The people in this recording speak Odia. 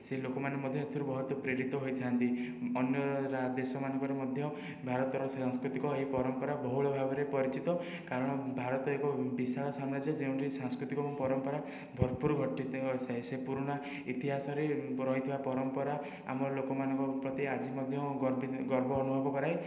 ସେ ଲୋକମାନେ ମଧ୍ୟ ଏଥିରୁ ବହୁତ ପ୍ରେରିତ ହୋଇଥାନ୍ତି ଅନ୍ୟ ଦେଶମାନଙ୍କରେ ମଧ୍ୟ ଭାରତର ସାଂସ୍କୃତିକ ଏହି ପରମ୍ପରା ବହୁଳ ଭାବରେ ପରିଚିତ କାରଣ ଭାରତ ଏକ ବିଶାଳ ସାମ୍ରାଜ୍ୟ ଯେଉଁଠି ସାଂସ୍କୃତିକ ଏବଂ ପରମ୍ପରା ଭରପୂର ଘଟିଥାଏ ଓ ସେ ସେହି ପୁରୁଣା ଇତିହାସରେ ରହିଥିବା ପରମ୍ପରା ଆମ ଲୋକମାନଙ୍କ ପ୍ରତି ଆଜି ମଧ୍ୟ ଗର୍ବ ଅନୁଭବ କରାଏ